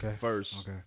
first